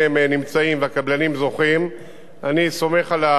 אני סומך על החברות שמבצעות את עבודתן,